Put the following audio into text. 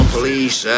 Police